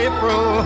April